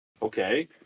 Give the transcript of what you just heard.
Okay